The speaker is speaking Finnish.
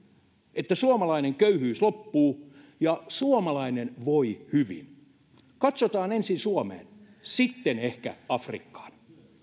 että suomalainen köyhyys loppuu ja suomalainen voi hyvin katsotaan ensin suomeen sitten ehkä afrikkaan